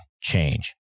change